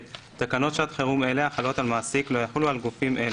(ב)תקנות שעת חירום אלה החלות על מעסיק לא יחולו על גופים אלה,